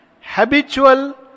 Habitual